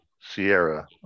Sierra